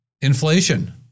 inflation